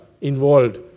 involved